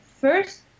first